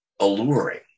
alluring